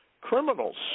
criminals